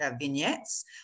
vignettes